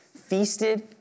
feasted